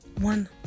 one